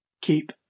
Keep